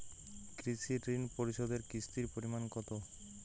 কৃষি ঋণ পরিশোধের কিস্তির পরিমাণ কতো?